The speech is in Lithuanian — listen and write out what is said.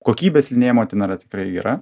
kokybės slidinėjimo ten yra tikrai gera